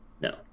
No